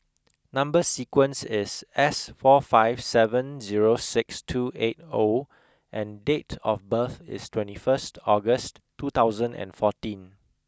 number sequence is S four five seven zero six two eight O and date of birth is twenty first August two thousand and fourteen